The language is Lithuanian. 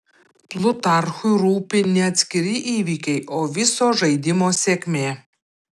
plutarchui rūpi ne atskiri įvykiai o viso žaidimo sėkmė